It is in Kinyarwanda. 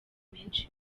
menshi